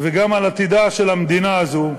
וגם על עתידה של המדינה הזו,